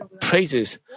praises